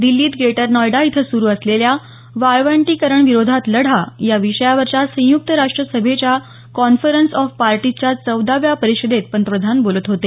दिल्लीत ग्रेटर नोएडा इथं सुरु असलेल्या वाळंवटीकरणाविरोधात लढा या विषयावरच्या संयुक्त राष्ट्र सभेच्या कौन्फरन्स ऑफ पार्टीजच्या चौदाव्या परिषदेत पंतप्रधान बोलत होते